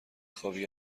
خوابی